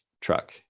truck